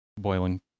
boiling